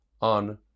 on